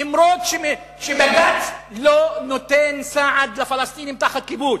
אף-על-פי שבג"ץ לא נותן סעד לפלסטינים תחת כיבוש.